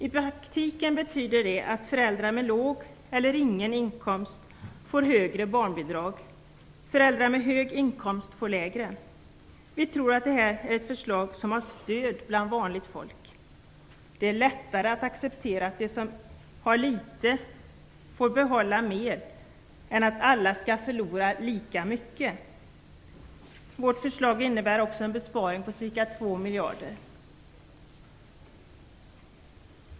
I praktiken betyder det att föräldrar med låg eller ingen inkomst får högre barnbidrag, föräldrar med hög inkomst får lägre. Vi tror att det är ett förslag som har stöd bland vanligt folk. Det är lättare att acceptera att de som har litet får behålla mer än att alla skall förlora lika mycket. Vårt förslag innebär också en besparing på ca 2 miljarder.